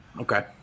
Okay